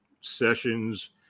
sessions